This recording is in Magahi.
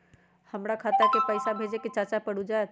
हमरा खाता के पईसा भेजेए के हई चाचा पर ऊ जाएत?